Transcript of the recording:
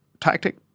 tactic